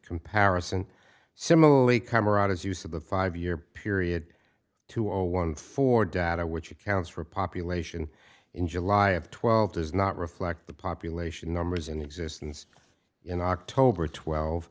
comparison similarly camarade as use of the five year period two or one for data which accounts for population in july of twelve does not reflect the population numbers in existence in october twelve